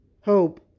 hope